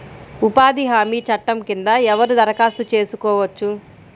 ఉపాధి హామీ చట్టం కింద ఎవరు దరఖాస్తు చేసుకోవచ్చు?